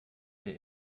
der